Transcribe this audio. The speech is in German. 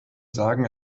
sagen